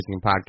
podcast